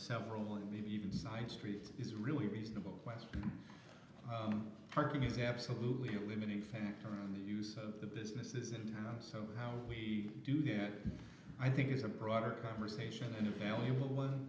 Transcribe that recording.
several and maybe even side streets is really reasonable question parking is absolutely a limiting factor on the use of the businesses in town so how do we do that i think is a broader conversation and a valuable one